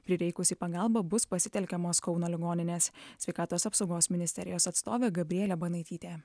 prireikus į pagalbą bus pasitelkiamos kauno ligoninės sveikatos apsaugos ministerijos atstovė gabrielė banaitytė